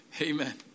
Amen